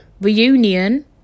Reunion